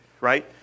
right